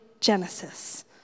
Genesis